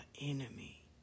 enemy